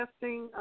testing